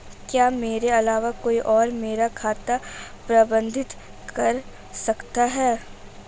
क्या मेरे अलावा कोई और मेरा खाता प्रबंधित कर सकता है?